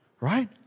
right